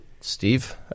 Steve